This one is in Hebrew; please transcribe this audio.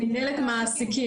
מנהלת המעסיקים,